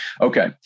Okay